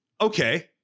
okay